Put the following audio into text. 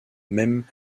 même